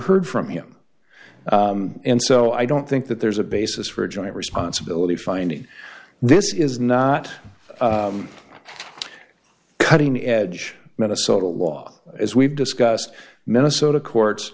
heard from him and so i don't think that there's a basis for a joint responsibility finding this is not a cutting edge minnesota law as we've discussed minnesota courts